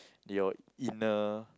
your inner